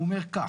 הוא אומר כך: